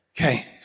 Okay